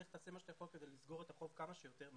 ללכת לעשות מה שהוא יכול כדי לסגור את החוב כמה שיותר מהר.